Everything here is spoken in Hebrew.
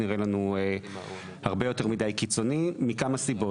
נראה לנו הרבה יותר מידי קיצוני מכמה סיבות.